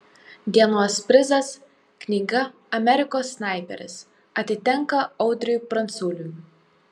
dienos prizas knyga amerikos snaiperis atitenka audriui pranculiui